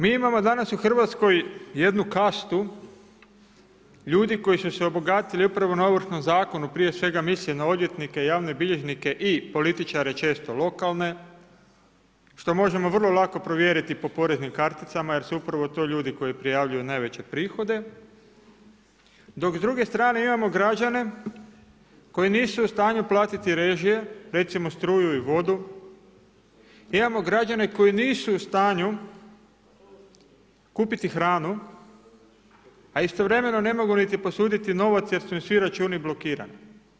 Mi imamo danas u Hrvatskoj jednu kastu ljudi koji su se obogatili upravo na Ovršnom zakonu, prije svega mislim na odvjetnike, javne bilježnike i političare često lokalne što možemo vrlo lako provjeriti po poreznim karticama jer su upravo to ljudi koji prijavljuju najveće prihode dok s druge strane imamo građane koji nisu u stanju platiti režije, recimo struju i vodu, imamo građane koji nisu u stanju kupiti hranu, a istovremeno ne mogu niti posuditi novac jer su im svi računi blokirani.